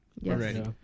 yes